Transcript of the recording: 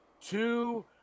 two